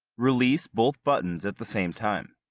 release both buttons at the same time.